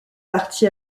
parti